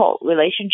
relationship